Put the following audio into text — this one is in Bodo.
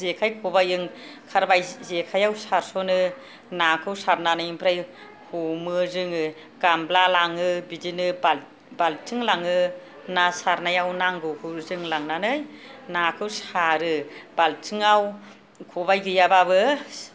जेखाइ खबाइ ओंखारबाय जेखाइ आव सारसनो नाखौ सारनानै ओमफ्राय हमो जोङो गामला लाङो बिदिनो बालथिं लाङो ना सारनायाव नांगौ जों लांनानै नाखौ सारो बालथिंआव खबाइ गैया बाबो